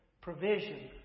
provision